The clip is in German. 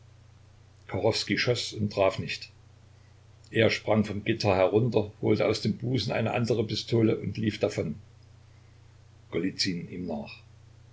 schoß und traf nicht er sprang vom gitter herunter holte aus dem busen eine andere pistole und lief davon golizyn ihm nach